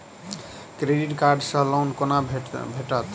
Credit card सँ loan कोना भेटत?